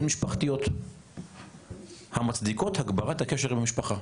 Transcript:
משפחתיות המצדיקות הגברת הקשר עם המשפחה".